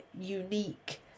unique